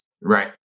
Right